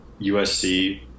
USC